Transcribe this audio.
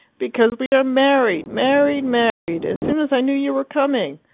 because we are married married married as soon as i knew you were, coming.